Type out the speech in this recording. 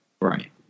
Right